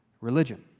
religion